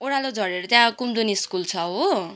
ओह्रालो झरेर त्यहाँ कुमुदिनी स्कुल छ हो